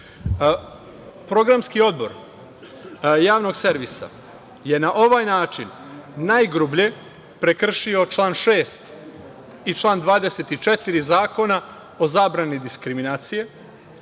Izvolite.)Programski odbor javnog servisa je na ovaj način jagrublje prekršio član 6. i član 24. Zakona o zabrani diskriminacije,